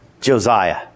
Josiah